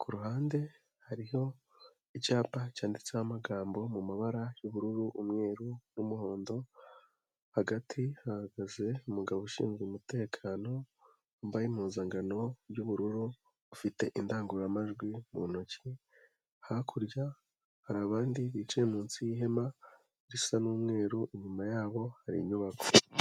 Kuruhande hariho icyapa cyanditseho amagambo mu mabara y'ubururu, umweru n'umuhondo. Hagati hahagaze umugabo ushinzwe umutekano wambaye impuzangano y'ubururu ufite indangururamajwi mu ntoki. Hakurya hari abandi bicaye munsi y'ihema risa n'umweru. Inyuma yabo hari inyubako.